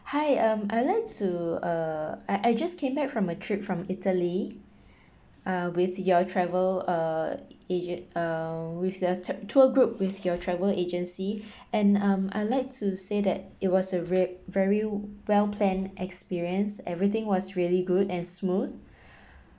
hi um I'll like to uh I I just came back from a trip from italy uh with your travel uh agent um with a t~ tour group with your travel agency and um I'll like to say that it was a ver~ very well planned experience everything was really good and smooth